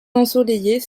ensoleillés